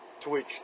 Twitch